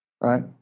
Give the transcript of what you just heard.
Right